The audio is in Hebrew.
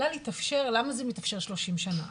למה זה מתאפשר 30 שנה?